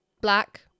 black